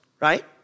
right